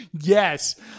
Yes